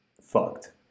fucked